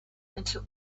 into